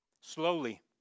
Slowly